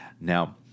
Now